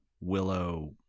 Willow